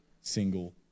single